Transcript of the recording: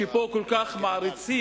שפה כל כך מעריצים,